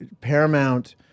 paramount